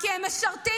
כמה אפשר?